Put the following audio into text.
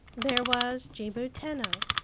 there was jimmu tenno,